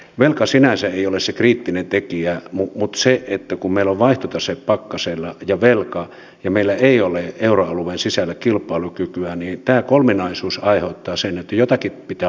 velka sinänsä ei ole se kriittinen tekijä mutta tämä kolminaisuus että meillä on vaihtotase pakkasella ja velka ja meillä ei ole euroalueen sisällä kilpailukykyä aiheuttaa sen että jotakin pitää oikeasti tehdä